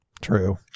True